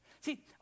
See